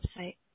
website